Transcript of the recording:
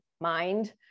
mind